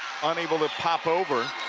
unable to pop over.